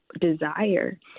desire